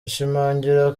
ashimangira